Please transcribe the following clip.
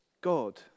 God